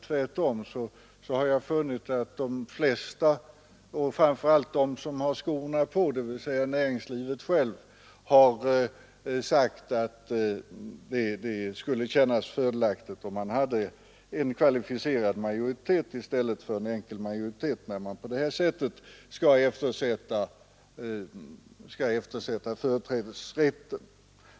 Tvärtom har jag funnit att de flesta — framför allt de som har skorna på, dvs. näringslivet självt — har sagt att det skulle kännas fördelaktigt, om man hade en kvalificerad majoritet i stället för en enkel när man på det här sättet skall eftersätta företrädesrätten.